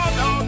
no